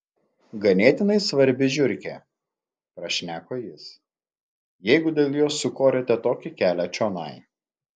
ganėtinai svarbi žiurkė prašneko jis jeigu dėl jos sukorėte tokį kelią čionai